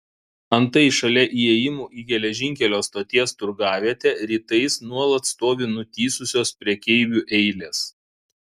antai šalia įėjimų į geležinkelio stoties turgavietę rytais nuolat stovi nutįsusios prekeivių eilės